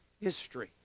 history